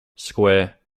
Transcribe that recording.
square